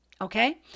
okay